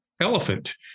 elephant